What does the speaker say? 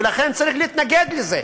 ולכן צריך להתנגד לזה.